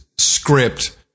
script